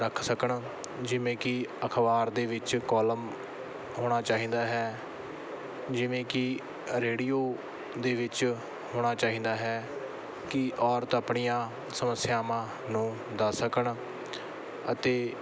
ਰੱਖ ਸਕਣ ਜਿਵੇਂ ਕਿ ਅਖ਼ਬਾਰ ਦੇ ਵਿੱਚ ਕੋਲਮ ਹੋਣਾ ਚਾਹੀਦਾ ਹੈ ਜਿਵੇਂ ਕਿ ਰੇਡੀਓ ਦੇ ਵਿੱਚ ਹੋਣਾ ਚਾਹੀਦਾ ਹੈ ਕਿ ਔਰਤ ਆਪਣੀਆਂ ਸਮੱਸਿਆਵਾਂ ਨੂੰ ਦੱਸ ਸਕਣ ਅਤੇ